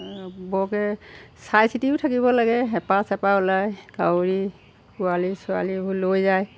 বৰকে চাইচিতিও থাকিব লাগে হেপা চেপা ওলাই কাউৰী পোৱালি ছোৱালীবোৰ লৈ যায়